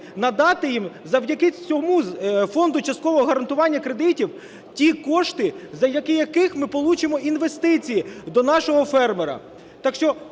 надати їм, завдяки цьому Фонду часткового гарантування кредитів, ті кошти, завдяки яким ми залучимо інвестиції до нашого фермера.